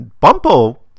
Bumpo